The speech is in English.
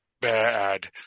bad